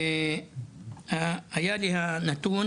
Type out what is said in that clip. הנתון